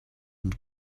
and